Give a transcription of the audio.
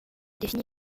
défini